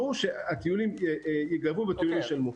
ברור שהטיולים ייגבו ועל טיולים ישלמו.